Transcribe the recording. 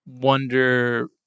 wonder